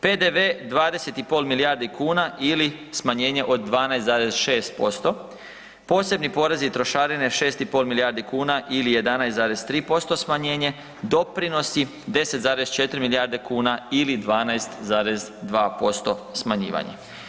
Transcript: PDV 20,5 milijardi kuna ili smanjenje od 12,6%, posebni porezi i trošarine 6,5 milijardi kuna ili 11,3% smanjenje, doprinosi 10,4 milijardi kuna ili 12,2% smanjivanje.